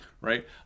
right